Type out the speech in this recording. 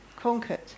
conquered